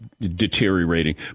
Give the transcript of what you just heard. deteriorating